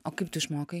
o kaip tu išmokai